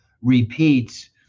repeats